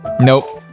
Nope